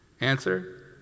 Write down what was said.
Answer